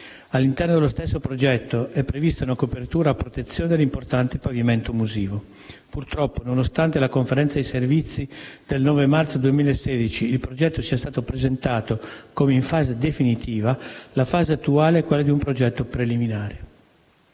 All'interno dello stesso progetto è prevista un copertura a protezione dell'importante pavimento musivo. Purtroppo, nonostante alla Conferenza dei servizi del 9 marzo 2016 il progetto sia stato presentato come in fase definitiva, la fase attuale è quella di un progetto preliminare;